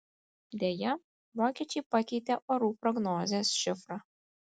deja vokiečiai pakeitė orų prognozės šifrą